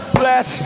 bless